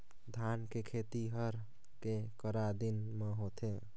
धान के खेती हर के करा दिन म होथे?